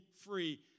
free